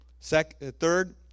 Third